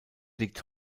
liegt